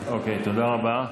אוקיי, תודה רבה.